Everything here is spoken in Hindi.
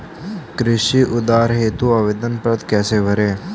कृषि उधार हेतु आवेदन पत्र कैसे भरें?